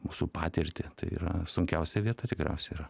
mūsų patirtį tai yra sunkiausia vieta tikriausiai yra